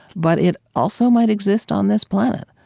but it also might exist on this planet.